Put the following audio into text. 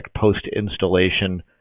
post-installation